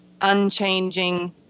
unchanging